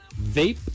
vape